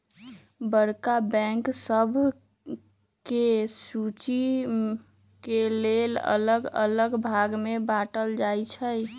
बड़का बैंक सभके सुचि के लेल अल्लग अल्लग भाग में बाटल जाइ छइ